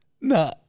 No